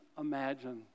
imagine